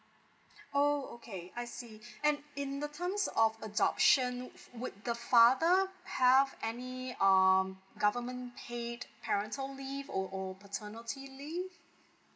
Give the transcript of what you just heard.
oh okay I see and in the terms of adoption would the father have any um government paid parental leave or or paternity leave